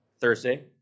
Thursday